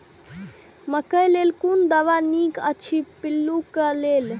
मकैय लेल कोन दवा निक अछि पिल्लू क लेल?